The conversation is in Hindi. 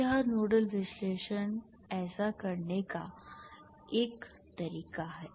तो यह नोडल विश्लेषण ऐसा करने का एक तरीका है